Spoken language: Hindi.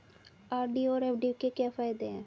आर.डी और एफ.डी के क्या फायदे हैं?